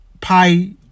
pi